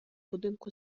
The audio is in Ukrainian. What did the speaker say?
будинку